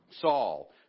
saul